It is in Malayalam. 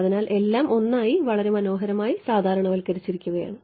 അതിനാൽ എല്ലാം 1 ആയി വളരെ മനോഹരമായി സാധാരണവൽക്കരിച്ചിരിക്കുന്നു